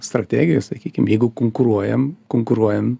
strategijoj sakykim jeigu konkuruojam konkuruojam